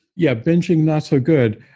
yeah. binging, not so good,